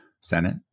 Senate